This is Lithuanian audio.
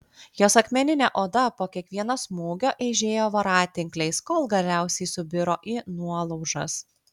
jos akmeninė oda po kiekvieno smūgio eižėjo voratinkliais kol galiausiai subiro į nuolaužas